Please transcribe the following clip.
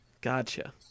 Gotcha